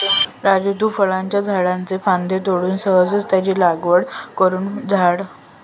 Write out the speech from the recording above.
राजू तु फळांच्या झाडाच्ये फांद्ये तोडून सहजच त्यांची लागवड करुन फळझाडांचो प्रसार करू शकतस